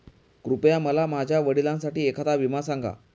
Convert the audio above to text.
कृपया मला माझ्या वडिलांसाठी एखादा विमा सांगा